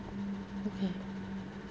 okay